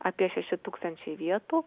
apie šeši tūkstančiai vietų